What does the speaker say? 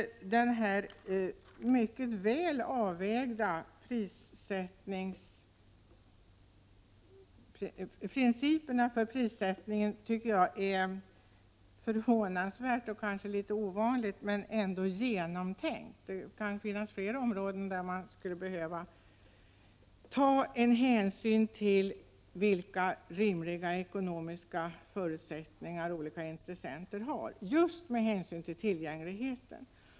Principerna för prissättningen tycker jag är förvånansvärda och kanske litet ovanliga men ändå genomtänkta. Det kan finnas flera områden där man skulle behöva ta hänsyn till vilka rimliga ekonomiska förutsättningar olika intressenter har just med hänsyn till tillgängligheten.